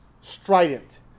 strident